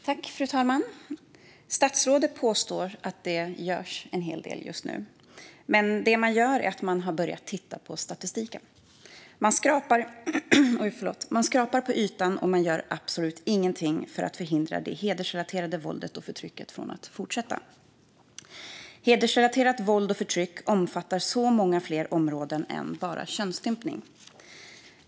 Fru talman! Statsrådet påstår att det görs en hel del nu, men det man gör är bara att börja titta på statistiken. Man skrapar på ytan, men man gör absolut ingenting för att förhindra det hedersrelaterade våldet och förtrycket från att fortsätta. Hedersrelaterat våld och förtryck omfattar så många fler områden än bara könsstympning.